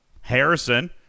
Harrison